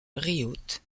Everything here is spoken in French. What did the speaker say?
riault